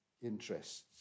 interests